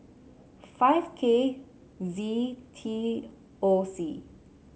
zero K Z T O C